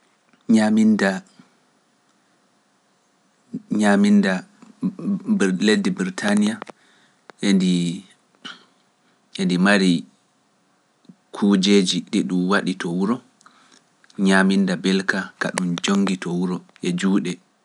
Nyaaminnda, nyaaminnda birt- leydi Birtaaniya e ndi, e ndi mari kuujeeji ɗi ɗum waɗi to wuro, nyaaminnda mbelka ka ɗum jonngi to wuro e juuɗe.